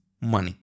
money